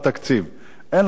אין לנו את הכוח הזה.